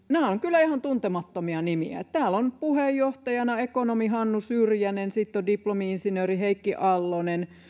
nämä ovat kyllä ihan tuntemattomia nimiä täällä on puheenjohtajana ekonomi hannu syrjänen sitten on diplomi insinööri heikki allonen